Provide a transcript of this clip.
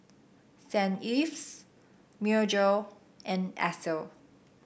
Saint Ives Myojo and Esso